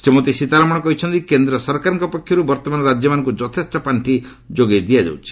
ଶ୍ରୀମତୀ ସୀତାରମଣ କହିଛନ୍ତି କେନ୍ଦ୍ର ସରକାରଙ୍କ ପକ୍ଷରୁ ବର୍ତ୍ତମାନ ରାଜ୍ୟମାନଙ୍କୁ ଯଥେଷ୍ଟ ପାର୍ଷି ଯୋଗାଇ ଦିଆଯାଉଛି